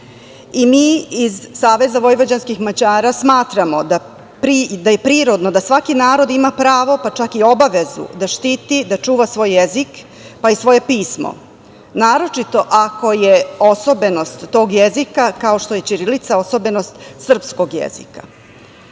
i mi iz SVM smatramo da je prirodno da svaki narod ima pravo, pa čak i obavezu da štiti, čuva svoj jezik, pa i svoje pismo, a naročito ako je osobenost tog jezika, kao što je ćirilica, osobenost srpskog jezika.Za